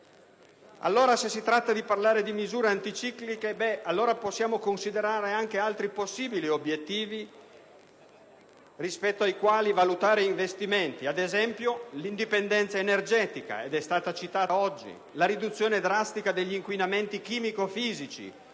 CO2. Se si tratta di definire misure anticicliche, allora possiamo considerare anche altri possibili obiettivi rispetto ai quali valutare investimenti, ad esempio l'indipendenza energetica (è stata citata oggi), o la riduzione drastica degli inquinamenti chimico‑fisici